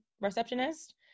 receptionist